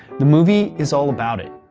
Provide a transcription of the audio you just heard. the movie is all about it.